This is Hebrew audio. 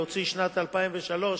להוציא שנת 2003,